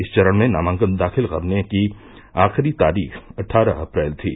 इस चरण में नामांकन दाखिल करने की आखिरी तारीख अट्ठारह अप्रैल थी